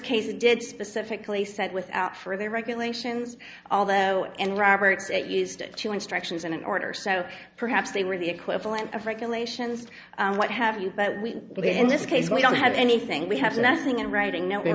case did specifically set without for their regulations although and roberts it used to instructions in an order so perhaps they were the equivalent of regulations what have you but we believe in this case we don't have anything we have nothing in writing no